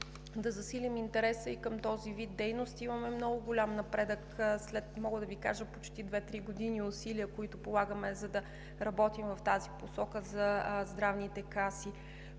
ще засилим интереса към този вид дейност. Имаме много голям напредък след две-тригодишните усилия, които полагаме, за да работим в тази посока със здравните каси.